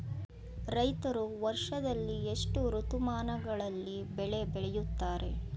ರೈತರು ವರ್ಷದಲ್ಲಿ ಎಷ್ಟು ಋತುಮಾನಗಳಲ್ಲಿ ಬೆಳೆ ಬೆಳೆಯುತ್ತಾರೆ?